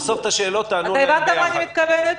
הבנת לְמה אני מתכוונת?